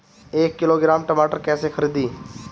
एक किलोग्राम टमाटर कैसे खरदी?